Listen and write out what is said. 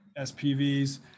SPVs